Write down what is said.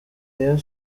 rayon